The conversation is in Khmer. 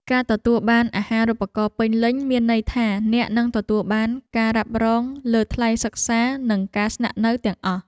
ការទទួលបានអាហារូបករណ៍ពេញលេញមានន័យថាអ្នកនឹងទទួលបានការរ៉ាប់រងលើថ្លៃសិក្សានិងការស្នាក់នៅទាំងអស់។